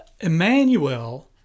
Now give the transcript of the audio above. Emmanuel